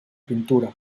pintura